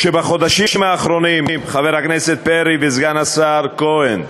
כשבחודשים האחרונים, חבר הכנסת פרי וסגן השר כהן,